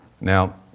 Now